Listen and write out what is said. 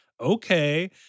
okay